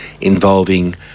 involving